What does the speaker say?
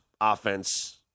offense